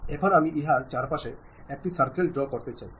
এখন আমি ইহার চারপাশে একটি সার্কেল ড্রও করতে চাই